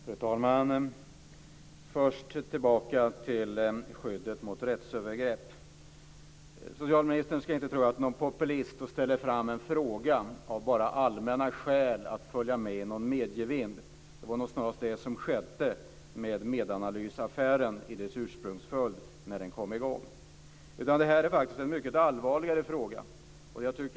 Fru talman! Låt mig först gå tillbaka till skyddet mot rättsövergrepp. Socialministern ska inte tro att jag är någon populist som framställer en fråga av allmänna skäl och för att följa med en medievind. Det var nog snarast det som skedde i Medanalysaffären när den satte i gång. Det här är faktiskt en mycket allvarligare fråga.